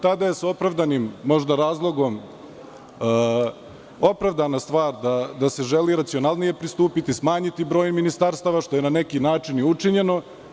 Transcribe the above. Tada je sa opravdanim razlogom opravdana stvar da se želi racionalnije pristupiti, smanjiti broj ministarstava, što je na neki način i učinjeno.